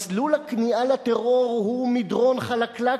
מסלול הכניעה לטרור הוא מדרון חלקלק,